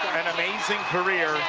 an amazing career